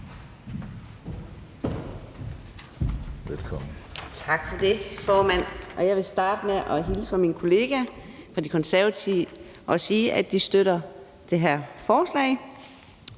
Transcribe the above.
Tak for det, formand. Jeg vil starte med at hilse fra min kollega fra De Konservative og sige, at de støtter det her forslag.